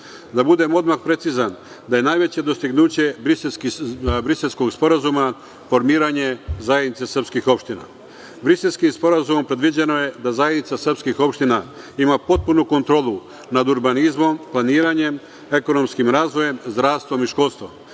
Da budem odmah precizan, najveće dostignuće Briselskog sporazuma je formiranje zajednice srpskih opština. Briselskim sporazumom predviđeno je da zajednice srpskih opština ima potpunu kontrolu nad urbanizmom, planiranjem, ekonomskim razvojem, zdravstvom i školstvom.